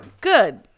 Good